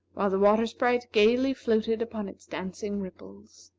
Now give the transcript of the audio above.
while the water sprite gayly floated upon its dancing ripples.